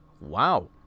wow